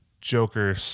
Joker